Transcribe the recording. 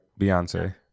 Beyonce